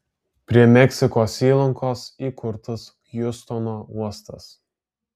prie meksikos įlankos įkurtas hjustono uostas